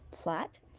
flat